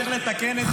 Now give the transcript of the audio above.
בבקשה.